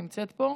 נמצאת פה?